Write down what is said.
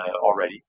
already